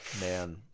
Man